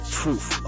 truth